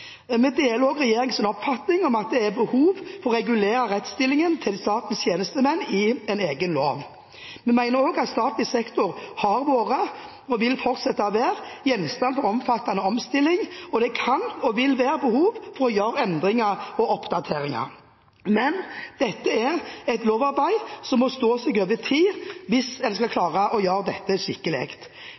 oppfatning om at det er behov for å regulere rettsstillingen til statens tjenestemenn i en egen lov. Vi mener også at statlig sektor har vært og vil fortsette å være gjenstand for omfattende omstilling, og det kan og vil være behov for å gjøre endringer og oppdateringer. Men dette er et lovarbeid som må stå seg over tid, hvis en skal klare å gjøre dette